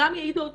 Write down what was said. גם יעידו בזכות,